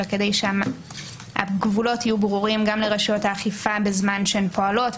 אלא כדי שהגבולות יהיו ברורים גם לרשויות האכיפה בזמן שהן פועלות,